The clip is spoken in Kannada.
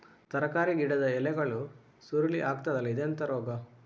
ತರಕಾರಿ ಗಿಡದ ಎಲೆಗಳು ಸುರುಳಿ ಆಗ್ತದಲ್ಲ, ಇದೆಂತ ರೋಗ?